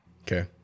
Okay